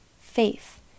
faith